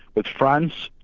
with france,